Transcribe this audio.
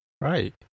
Right